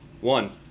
One